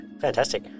fantastic